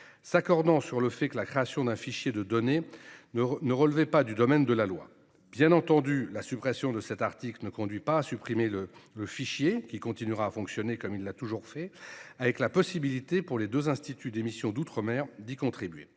s’accordant sur le fait que la création d’un fichier de données ne relevait pas du domaine de la loi. Bien entendu, la suppression de l’article ne conduit pas à celle du fichier, lequel continuera à fonctionner comme auparavant, avec la possibilité pour les deux instituts d’émission d’outre mer d’y contribuer.